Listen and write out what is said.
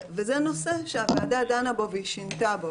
זה נושא שהוועדה דנה בו ושינתה בו,